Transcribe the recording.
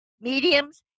mediums